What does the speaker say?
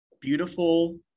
beautiful